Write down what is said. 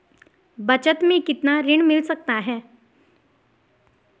बचत मैं कितना ऋण मिल सकता है?